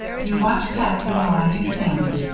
you watch patsy while i do sammy.